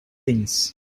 things